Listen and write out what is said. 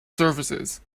surfaces